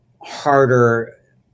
harder